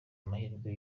amahirwe